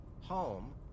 Home